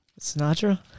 Sinatra